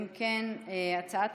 הצעת